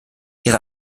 ihre